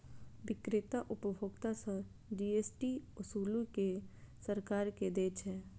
बिक्रेता उपभोक्ता सं जी.एस.टी ओसूलि कें सरकार कें दै छै